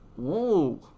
Whoa